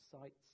sites